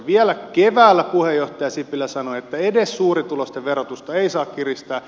vielä keväällä puheenjohtaja sipilä sanoi että edes suurituloisten verotusta ei saa kiristää